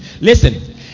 Listen